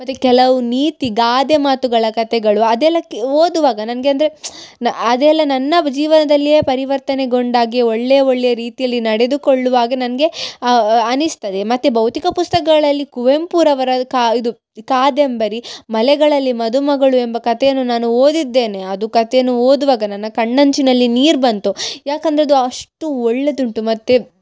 ಮತ್ತು ಕೆಲವು ನೀತಿ ಗಾದೆ ಮಾತುಗಳ ಕತೆಗಳು ಅದೆಲ್ಲ ಕೆ ಓದುವಾಗ ನನಗೆ ಅಂದರೆ ನ ಅದೆಲ್ಲ ನನ್ನ ಜೀವನದಲ್ಲಿಯೇ ಪರಿವರ್ತನೆಗೊಂಡಾಗೆ ಒಳ್ಳೆಯ ಒಳ್ಳೆಯ ರೀತಿಯಲ್ಲಿ ನಡೆದುಕೊಳ್ಳುವಾಗ ನನಗೆ ಅನ್ನಿಸ್ತದೆ ಮತ್ತು ಭೌತಿಕ ಪುಸ್ತಕಗಳಲ್ಲಿ ಕುವೆಂಪುರವರ ಕಾ ಇದು ಕಾದಂಬರಿ ಮಲೆಗಳಲ್ಲಿ ಮದುಮಗಳು ಎಂಬ ಕತೆಯನ್ನು ನಾನು ಓದಿದ್ದೇನೆ ಅದು ಕತೆಯನ್ನು ಓದುವಾಗ ನನ್ನ ಕಣ್ಣಂಚಿನಲ್ಲಿ ನೀರು ಬಂತು ಯಾಕಂದ್ರೆ ಅದು ಅಷ್ಟು ಒಳ್ಳೆಯದುಂಟು ಮತ್ತು